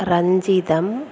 Ranjitham